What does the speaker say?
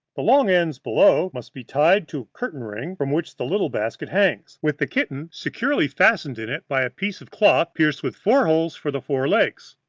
the long ends below must be tied to a curtain ring, from which the little basket hangs, with the kitten securely fastened in it by a piece of cloth pierced with four holes for the four legs.